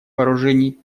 вооружений